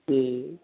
जी